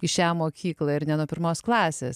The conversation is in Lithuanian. į šią mokyklą ir ne nuo pirmos klasės